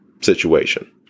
situation